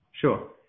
Sure